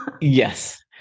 yes